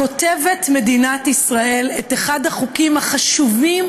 כותבת מדינת ישראל את אחד החוקים החשובים,